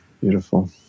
beautiful